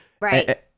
Right